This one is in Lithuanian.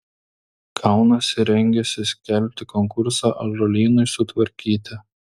kaunasi rengiasi skelbti konkursą ąžuolynui sutvarkyti